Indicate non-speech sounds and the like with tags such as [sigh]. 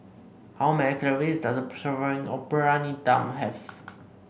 how many calories does a [unintelligible] serving of Briyani Dum have